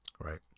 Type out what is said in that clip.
Right